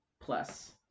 Plus